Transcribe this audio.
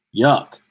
Yuck